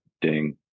ding